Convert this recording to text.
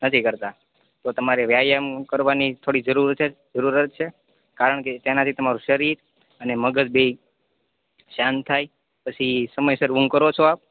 નથી કરતાં તો તમારે વ્યાયામ કરવાની થોડી જરૂર છે જરૂરત છે કારણકે તેનાથી તમારું શરીર અને મગજ બી શાંત થાય પછી સમયસર ઊંઘ કરો છો આપ